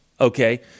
okay